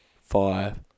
five